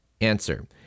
Answer